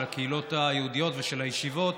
של הקהילות היהודיות ושל הישיבות,